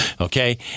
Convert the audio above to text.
okay